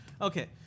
Okay